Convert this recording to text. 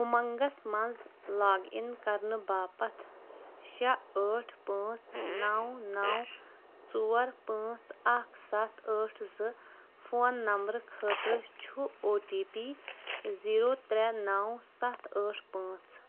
اُمنٛگس مَنٛز log in کرنہٕ باپتھ شےٚ ٲٹھ پانٛژھ نَو نَو ژور پانٛژھ اَکھ سَتھ ٲٹھ زٕ فون نمبرٕ خٲطرٕ چھُ او ٹی پی زؠرو ترے نو ستھ ٲٹھ پانژھ